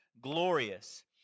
glorious